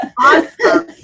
Awesome